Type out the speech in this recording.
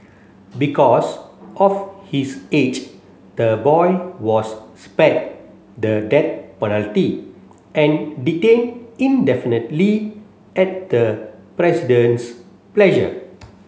because of his age the boy was spared the death penalty and detained indefinitely at the President's pleasure